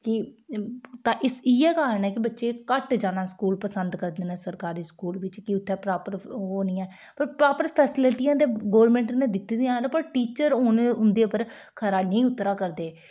ते इ'यै कारण ऐ कि बच्चे घट्ट जाना स्कूल पसंद करदे न सरकारी स्कूल बिच कि उत्थै प्रापर ओह् निं ऐ पर प्रापर फैसिलिटियां ते गौरमेंट नै दित्ती दियां न पर टीचर उंदे पर खरा निं उतरै करदे न